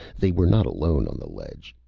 they were not alone on the ledge.